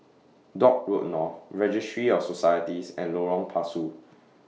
Dock Road North Registry of Societies and Lorong Pasu